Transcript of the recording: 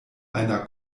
einer